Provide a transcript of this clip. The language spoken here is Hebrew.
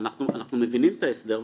אנחנו מבינים את ההסדר,